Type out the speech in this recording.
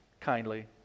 kindly